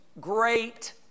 great